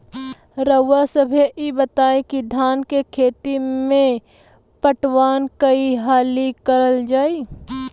रउवा सभे इ बताईं की धान के खेती में पटवान कई हाली करल जाई?